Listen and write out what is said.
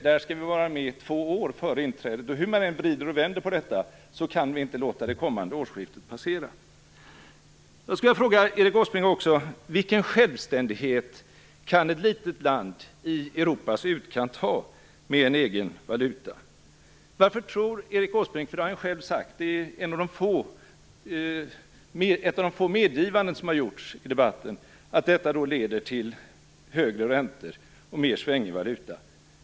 Där skall vi vara med i två år före inträdet. Hur man än vrider och vänder på detta kan vi inte låta det kommande årsskiftet passera. Jag vill fråga Erik Åsbrink vilken självständighet ett litet land i Europas utkant kan ha med en egen valuta. Varför tror Erik Åsbrink - det har han själv sagt i ett av de få medgivanden som har gjorts i denna debatt - att detta leder till högre räntor och mera svängig valuta?